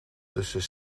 tussen